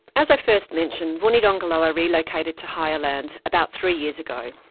as i first mentioned, vunidogoloa relocated to higher land about three years ago.